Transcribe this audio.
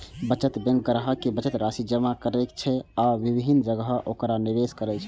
बचत बैंक ग्राहक के बचत राशि जमा करै छै आ विभिन्न जगह ओकरा निवेश करै छै